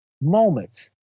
moments